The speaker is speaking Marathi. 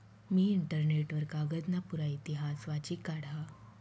मी इंटरनेट वर कागदना पुरा इतिहास वाची काढा